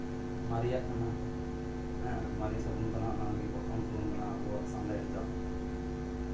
ᱢᱟᱨᱮᱭᱟᱜ ᱠᱟᱱᱟ ᱦᱮᱸ ᱢᱟᱨᱮ ᱥᱟᱵᱚᱱ ᱠᱟᱱᱟ ᱚᱱᱟᱜᱮ ᱯᱨᱚᱛᱷᱚᱢ ᱥᱟᱵᱚᱱ ᱠᱟᱱᱟ ᱟᱵᱚᱣᱟᱜ ᱥᱟᱱᱞᱟᱭᱤᱴ ᱫᱚ